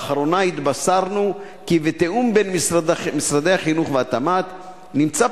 באחרונה התבשרנו כי בתיאום בין משרדי החינוך והתמ"ת נמצא